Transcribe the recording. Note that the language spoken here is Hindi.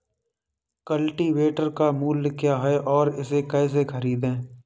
कल्टीवेटर का मूल्य क्या है और इसे कैसे खरीदें?